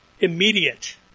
immediate